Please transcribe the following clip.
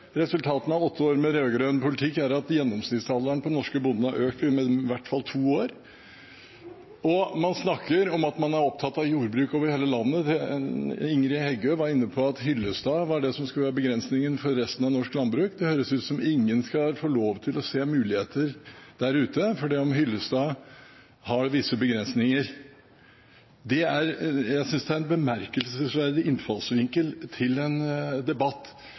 Resultatene av åtte år med rød-grønn politikk er at gjennomsnittsalderen på den norske bonden har økt med i hvert fall to år. Man snakker om at man er opptatt av jordbruk over hele landet. Ingrid Heggø var inne på at Hyllestad skulle være et eksempel for begrensninger for resten av norsk landbruk. Det høres ut som ingen skal få lov til å se muligheter, fordi Hyllestad har visse begrensninger. Det er en bemerkelsesverdig innfallsvinkel til en debatt.